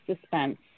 suspense